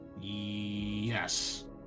Yes